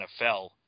NFL